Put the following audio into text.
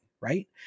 right